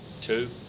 Two